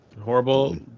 Horrible